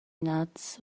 nuts